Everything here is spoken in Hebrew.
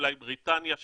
אולי בריטניה,